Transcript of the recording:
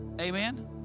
Amen